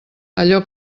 allò